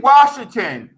Washington